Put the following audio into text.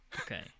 Okay